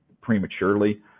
prematurely